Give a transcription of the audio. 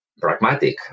pragmatic